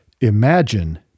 imagine